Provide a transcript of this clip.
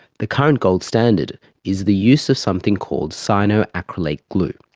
the current gold standard is the use of something called cyanoacrylate glue.